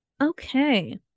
Okay